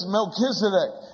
Melchizedek